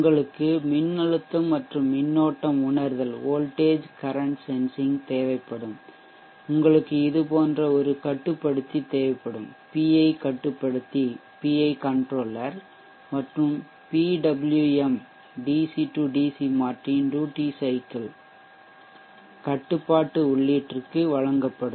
உங்களுக்கு மின்னழுத்தம் மற்றும் மின்னோட்டம் உணர்தல் வோல்டேஜ் கரன்ட் சென்சிங் தேவைப்படும் உங்களுக்கு இது போன்ற ஒரு கட்டுப்படுத்தி தேவைப்படும் பிஐ கட்டுப்படுத்தி மற்றும் பிடபிள்யூஎம் டிசி டிசி மாற்றியின் ட்யூட்டி சைக்கிள் கட்டுப்பாட்டு உள்ளீட்டிற்கு வழங்கப்படும்